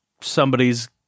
somebody's